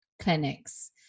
clinics